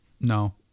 No